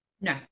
No